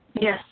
Yes